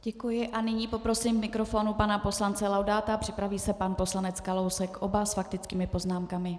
Děkuji a nyní poprosím k mikrofonu pana poslance Laudáta, připraví se pan poslanec Kalousek, oba s faktickými poznámkami.